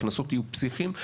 והקנסות יהיו פסיכיים,